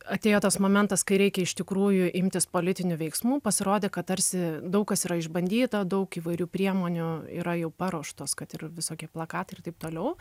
atėjo tas momentas kai reikia iš tikrųjų imtis politinių veiksmų pasirodė kad tarsi daug kas yra išbandyta daug įvairių priemonių yra jau paruoštos kad ir visokie plakatai ir taip toliau